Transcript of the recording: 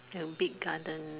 a big garden